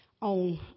On